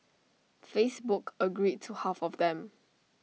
Facebook agreed to half of them